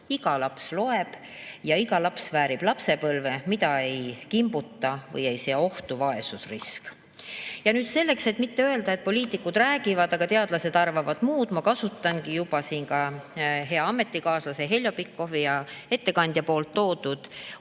iga laps loeb ja iga laps väärib lapsepõlve, mida ei kimbuta või ei sea ohtu vaesusrisk. Nüüd, selleks, et mitte öelda, et poliitikud räägivad, aga teadlased arvavad muud, ma kasutangi siin ka hea ametikaaslase Heljo Pikhofi ja ettekandja nimetatud